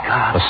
God